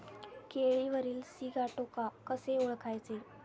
केळीवरील सिगाटोका कसे ओळखायचे?